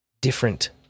different